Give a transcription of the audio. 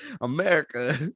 America